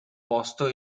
posto